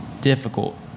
difficult